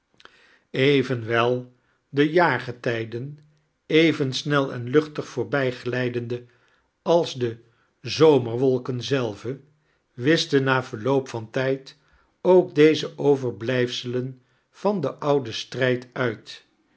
evenwel de jaargetijden even snel en luchtig voorbijglijdende als de zomerwolken zelve wischten na verloop van tijd ook deze overblijfselen van den ouden strijd uit